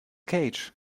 cage